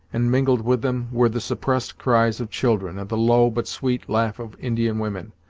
and mingled with them were the suppressed cries of children, and the low but sweet laugh of indian women.